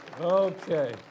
okay